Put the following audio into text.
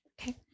Okay